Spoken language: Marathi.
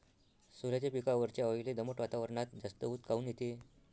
सोल्याच्या पिकावरच्या अळीले दमट वातावरनात जास्त ऊत काऊन येते?